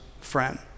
friend